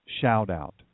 shout-out